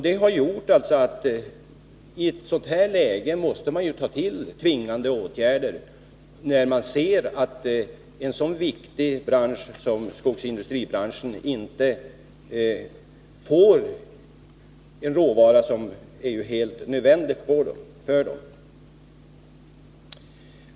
Det har gjort att man i ett sådant här läge måste ta till tvingande åtgärder när man ser att en så viktig bransch som skogsindustrin inte får den råvara som är helt nödvändig för den.